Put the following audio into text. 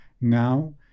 Now